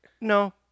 No